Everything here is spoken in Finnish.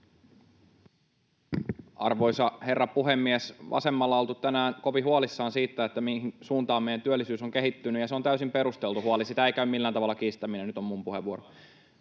Arvoisa herra puhemies! Vasemmalla on oltu tänään kovin huolissaan siitä, mihin suuntaan meidän työllisyys on kehittynyt, ja se on täysin perusteltu huoli, sitä ei käy millään tavalla kiistäminen. [Välihuutoja